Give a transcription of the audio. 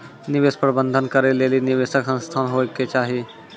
निवेश प्रबंधन करै लेली निवेशक संस्थान होय के चाहि